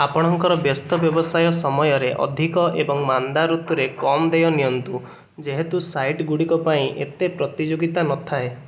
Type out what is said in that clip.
ଆପଣଙ୍କର ବ୍ୟସ୍ତ ବ୍ୟବସାୟ ସମୟରେ ଅଧିକ ଏବଂ ମାନ୍ଦା ଋତୁରେ କମ୍ ଦେୟ ନିଅନ୍ତୁ ଯେହେତୁ ସାଇଟ୍ ଗୁଡ଼ିକପାଇଁ ଏତେ ପ୍ରତିଯୋଗିତା ନଥାଏ